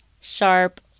sharp